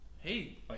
Hey